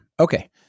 Okay